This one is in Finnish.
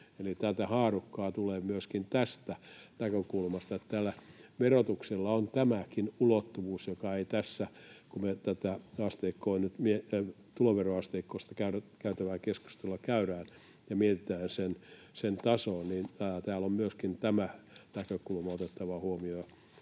tätä haarukkaa tulee myöskin tästä näkökulmasta, niin että tällä verotuksella on tämäkin ulottuvuus, joka ei tässä... Kun me tätä tuloveroasteikosta käytävää keskustelua käydään ja mietitään sen tasoa, niin täällä on myöskin tämä näkökulma otettava huomioon.